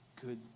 good